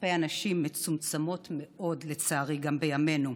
כלפי הנשים מצומצמות מאוד, לצערי, גם בימינו.